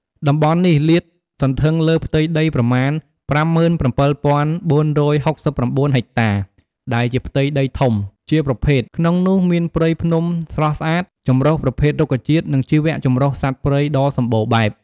តំបន់នេះលាតសន្ធឹងលើផ្ទៃដីប្រមាណ ៥៧,៤៦៩ ហិកតា ដែលជាផ្ទៃដីធំជាប្រភេទ ក្នុងនោះមានព្រៃភ្នំស្រស់ស្អាត ចម្រុះប្រភេទរុក្ខជាតិ និងជីវចម្រុះសត្វព្រៃដ៏សម្បូរបែប។